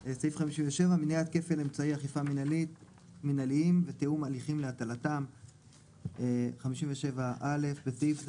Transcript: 57.מניעת כפל אמצעי אכיפה מינהליים ותיאום הליכים להטלתם בסעיף זה,